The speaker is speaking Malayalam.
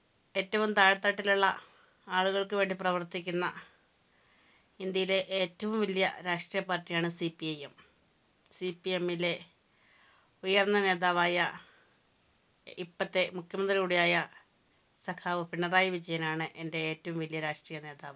ഏറ്റവും താഴെത്തട്ടിലുള്ള ആളുകൾക്ക് വേണ്ടി പ്രവർത്തിക്കുന്ന ഇന്ത്യയിലേ ഏറ്റവും വലിയ രാഷ്ട്രീയ പാർട്ടിയാണ് C P I M C P എമ്മിലേ ഉയർന്ന നേതാവായ ഇപ്പത്തേ മുഖ്യമന്ത്രി കൂടിയായ സഖാവ് പിണറായി വിജയനാണ് എൻ്റെ ഏറ്റവും വലിയ രാഷ്ട്രീയ നേതാവ്